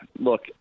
look